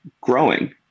growing